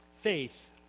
faith